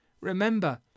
Remember